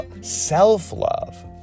self-love